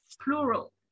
plural